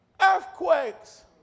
earthquakes